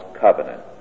covenant